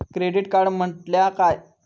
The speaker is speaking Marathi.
क्रेडिट कार्ड म्हटल्या काय?